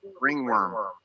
Ringworm